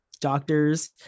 doctors